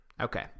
Okay